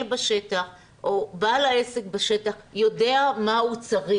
בשטח או בעל העסק בשטח יודע מה הוא צריך.